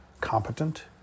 Competent